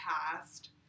past